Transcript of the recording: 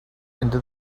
into